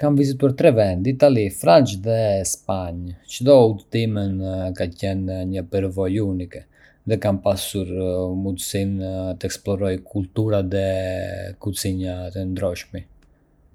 Kam vizituar tre vende: Itali, Francë dhe Spanjë. Çdo udhëtim ka qenë një përvojë unike, dhe kam pasur mundësinë të eksploroj kultura dhe kuzhina të ndryshme.